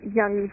young